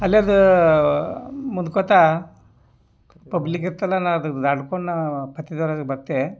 ಅಲ್ಲೇರ್ದು ಮುಂದ್ಕೋತಾ ಪಬ್ಲಿಕ್ಕಿತ್ತಲ್ಲ ನಾನು ಅದ್ನ ದಾಟ್ಕೊಂಡು ನಾ ಪತ್ತಿದರಾಜ್ಗೆ ಬರ್ತೆ